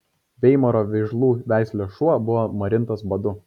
veimaro vižlų veislės šuo buvo marintas badu